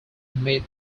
amid